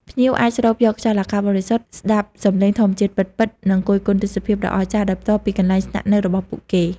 ភ្ញៀវអាចស្រូបយកខ្យល់អាកាសបរិសុទ្ធ ស្តាប់សំឡេងធម្មជាតិពិតៗ និងគយគន់ទេសភាពដ៏អស្ចារ្យដោយផ្ទាល់ពីកន្លែងស្នាក់នៅរបស់ពួកគេ។